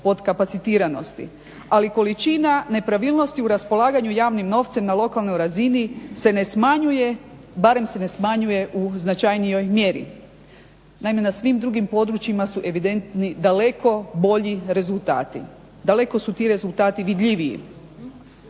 potkapacitiranosti, ali količina nepravilnosti u raspolaganju javnim novcem na lokalnoj razni se ne smanjuje, barem se ne smanjuje u značajnijoj mjeri. Naime na svim drugim područjima su evidentni daleko bolji rezultati, daleko su ti rezultati vidljiviji.